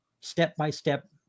step-by-step